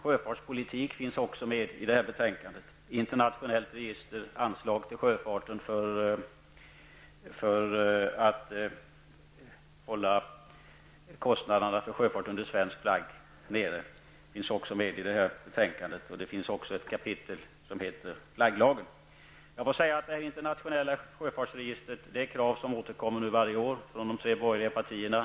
Sjöfartspolitik finns också med i detta betänkande -- ett internationellt register, anslag till sjöfarten för att hålla kostnaderna för sjöfart under svensk flagg nere. Det finns också ett kapitel som heter Flagglagen. Ett svenskt internationellt fartygsregister är ett krav som återkommer varje år från de tre borgerliga partierna.